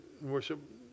worship